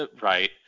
Right